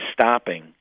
stopping